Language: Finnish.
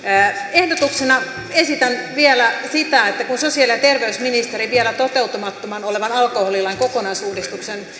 ehdotuksena esitän vielä sitä että kun sosiaali ja terveysministeri vielä toteutumattomana olevan alkoholilain kokonaisuudistuksen